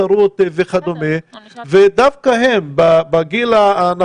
מדובר בסטודנטים שעבדו במלצרות ובבתי קפה וכד' והם דווקא בגיל הזה.